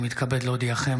אני מתכבד להודיעכם,